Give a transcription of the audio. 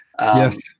Yes